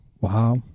Wow